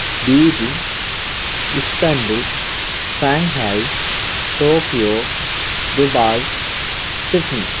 Beijing Istanbul Shanghai Tokyo Dubai Sydney